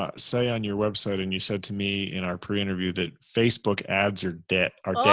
ah say on your website and you said to me in our pre-interview that facebook ads are debt are